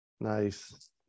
Nice